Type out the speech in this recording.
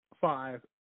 five